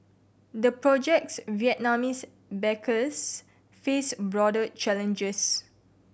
the project's Vietnamese backers face broader challenges